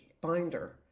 binder